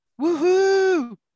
woohoo